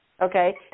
Okay